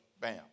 Bam